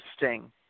interesting